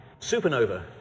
supernova